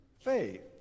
faith